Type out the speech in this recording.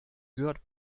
gehört